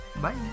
bye